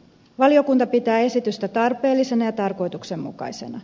valiokunta pitää esitystä tarpeellisena ja tarkoituksenmukaisena